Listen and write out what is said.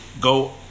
go